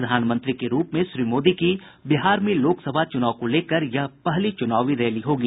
प्रधानमंत्री के रूप में श्री मोदी की बिहार में लोकसभा चुनाव को लेकर यह पहली चुनावी रैली होगी